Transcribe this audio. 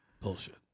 Bullshit